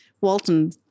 Walton